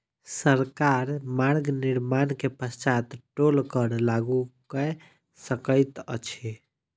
सरकार मार्ग निर्माण के पश्चात टोल कर लागू कय सकैत अछि